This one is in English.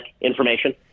information